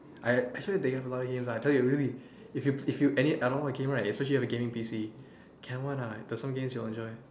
I assure you they have a lot of games lah I tell you really if you if you and all the games right especially if you have a gaming P_C can one ah there's some games you'll enjoy